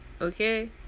Okay